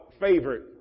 favorite